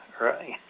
right